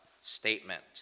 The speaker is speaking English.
statement